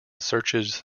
searches